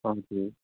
हजुर